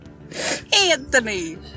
Anthony